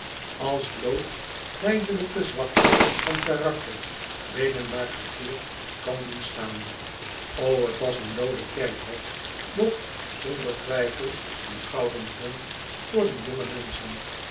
als bloot lijdelijke zwakte van karakter beenen maar verkeerd kan doen staan o t was een looden kerkhof doch zonder twijfel een gouden grond voor die jonge menschen